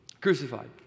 Crucified